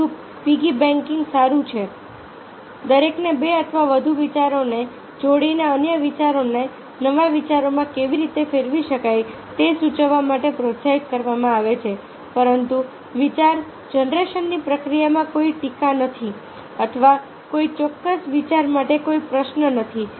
ચોથું piggy backing સારું છે દરેકને 2 અથવા વધુ વિચારોને જોડીને અન્ય વિચારોને નવા વિચારોમાં કેવી રીતે ફેરવી શકાય તે સૂચવવા માટે પ્રોત્સાહિત કરવામાં આવે છે પરંતુ વિચાર જનરેશનની પ્રક્રિયામાં કોઈ ટીકા નથી અથવા કોઈ ચોક્કસ વિચાર માટે કોઈ પ્રશ્ન નથી